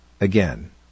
Again